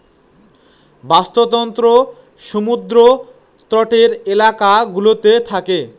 বাস্তুতন্ত্র সমুদ্র তটের এলাকা গুলোতে থাকে